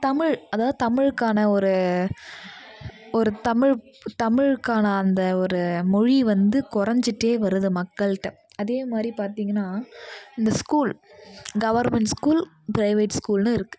தமிழ் அதாவது தமிழுக்கான ஒரு ஒரு தமிழ் தமிழுக்கான அந்த ஒரு மொழி வந்து கொறைஞ்சிட்டே வருது மக்கள்கிட்ட அதே மாதிரி பார்த்திங்கன்னா இந்த ஸ்கூல் கவர்மெண்ட் ஸ்கூல் ப்ரைவேட் ஸ்கூல்னு இருக்குது